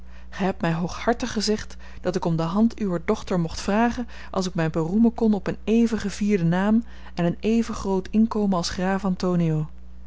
gij hebt mij hooghàrtig gezegd dat ik om de hand uwer dochter mocht vragen als ik mij beroemen kon op een even gevierden naam en een even groot inkomen als graaf antonio